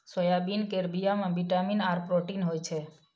soybean केर बीया मे बिटामिन आर प्रोटीन होई छै